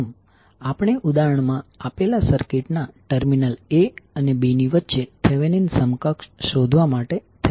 પ્રથમ આપણે ઉદાહરણ મા આપેલા સર્કિટના ટર્મિનલ a અને b ની વચ્ચે થેવેનીન સમકક્ષ શોધવા માટે થેવેનીન ના થીયરમ નો ઉપયોગ કરીશું